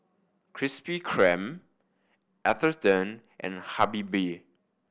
Krispy Kreme Atherton and Habibie